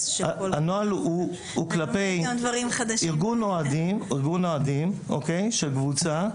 --- הנוהל הוא כלפי ארגון אוהדים של קבוצה.